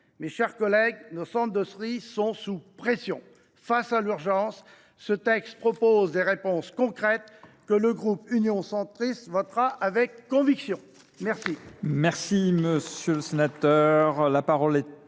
Mes chers collègues, nos centres de tri sont sous pression. Face à l’urgence, ce texte apporte des réponses concrètes que le groupe Union Centriste votera avec conviction !